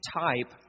type